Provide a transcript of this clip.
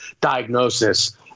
diagnosis